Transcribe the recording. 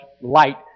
light